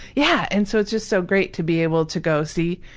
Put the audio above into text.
yeah and so it's just so great to be able to go, see,